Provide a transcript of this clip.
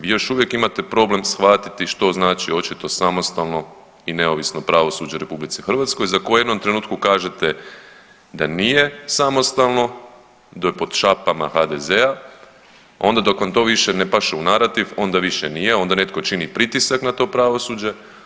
Vi još uvijek imate problem shvatiti što znači očito samostalno i neovisno pravosuđe u RH za koje u jednom trenutku kažete da nije samostalno, da je pod šapama HDZ-a, onda dok vam to više ne paše u narativ, onda više nije onda netko čini pritisak na to pravosuđe.